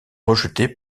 rejeté